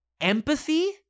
empathy